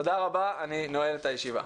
תודה רבה, אני נועל את הישיבה.